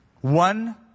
one